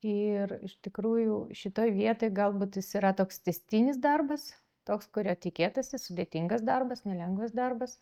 ir iš tikrųjų šitoj vietoj galbūt jis yra toks tęstinis darbas toks kurio tikėtasi sudėtingas darbas nelengvas darbas